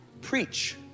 preach